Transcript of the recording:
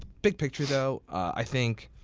big picture, though, i think,